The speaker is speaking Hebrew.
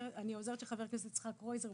אני היועצת של חבר הכנסת יצחק קרויזר.